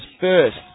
first